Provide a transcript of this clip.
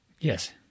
Yes